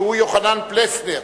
חבר הכנסת יוחנן פלסנר.